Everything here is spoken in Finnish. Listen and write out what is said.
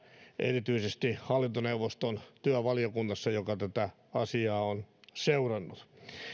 erityisesti hallintoneuvoston työvaliokunnassa joka tätä asiaa on seurannut